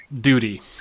duty